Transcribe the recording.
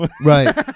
Right